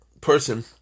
person